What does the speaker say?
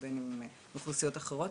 ובין אם לאוכלוסיות אחרות.